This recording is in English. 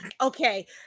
okay